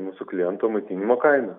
mūsų klientų maitinimo kaina